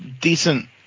decent